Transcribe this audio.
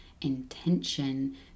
intention